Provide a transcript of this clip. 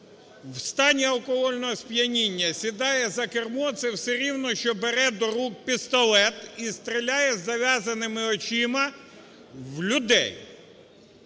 в стані алкогольного сп'яніння сідає за кермо, це все рівно, що бере до рук пістолет і стріляє з зав'язаними очима в людей.